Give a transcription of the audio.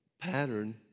pattern